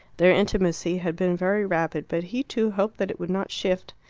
their intimacy had been very rapid, but he too hoped that it would not shift.